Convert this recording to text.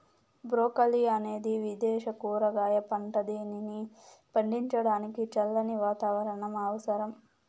broccoli అనేది విదేశ కూరగాయ పంట, దీనిని పండించడానికి చల్లని వాతావరణం అవసరం